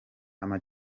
ama